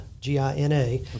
G-I-N-A